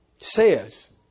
says